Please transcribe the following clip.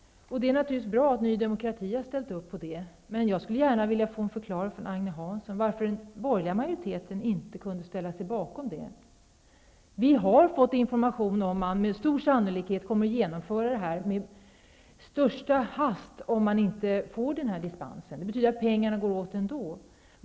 Det är naturligtvis bra att Ny demokrati har ställt upp på detta, men jag skulle gärna vilja att Agne Hansson förklarade varför den borgerliga majoriteten inte kunde ställa sig bakom förslaget. Vi har fått information om att förslaget med stor sannolikhet kommer att genomföras med största hast om det inte blir någon dispens. Det betyder att pengarna går åt ändå.